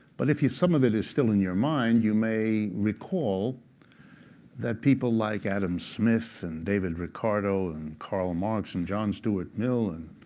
but if some of it is still in your mind, you may recall that people like adam smith, and david ricardo, and karl marx, and john stuart mill, and